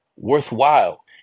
Worthwhile